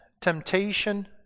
temptation